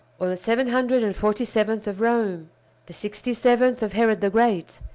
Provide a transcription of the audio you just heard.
or the seven hundred and forty seventh of rome the sixty-seventh of herod the great,